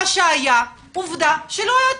מה שהיה, עובדה שלא היה טוב.